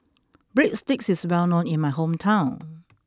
Breadsticks is well known in my hometown